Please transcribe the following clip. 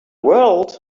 world